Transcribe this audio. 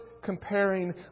comparing